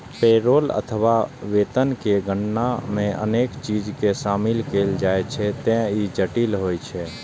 payroll अथवा वेतन के गणना मे अनेक चीज कें शामिल कैल जाइ छैं, ते ई जटिल होइ छै